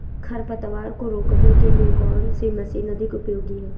खरपतवार को रोकने के लिए कौन सी मशीन अधिक उपयोगी है?